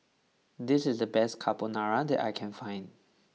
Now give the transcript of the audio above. this is the best Carbonara that I can find